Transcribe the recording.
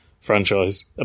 franchise